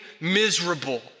miserable